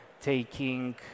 taking